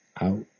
out